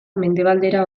mendebaldera